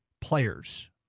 players